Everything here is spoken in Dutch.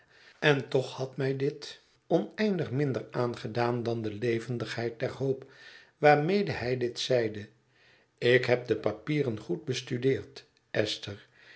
en toch had mij dit oneindig minder aangedaan dan de levendigheid der hoop waarmede hij dit zeide ik heb de papieren goed bestudeerd esther